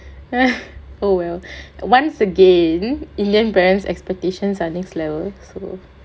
oh well once again indian parents expectation are next level so